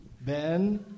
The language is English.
Ben